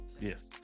Yes